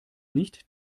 nicht